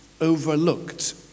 overlooked